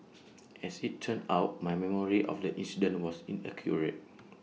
as IT turned out my memory of the incident was inaccurate